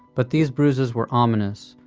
but these bruises were ominous,